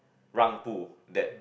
让步: rang bu that